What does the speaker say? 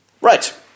Right